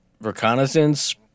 reconnaissance